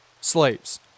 slaves